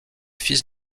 fils